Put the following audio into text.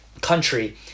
country